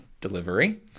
delivery